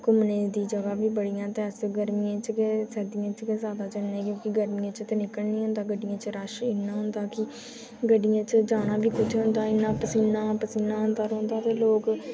घुम्मने दी जगह बी बनी जा ते इस्सै गर्मियें च गै सर्दियें च गै मज़ा ऐ क्योंकि गर्मियें च निकलना गै निं होंदा गड्डियें च रश इ'न्ना होंदा की गड्डियें च जाना बी कुत्थै होंदा इ'न्ना पसीना पसीना होंदा रौंहदा ते लोक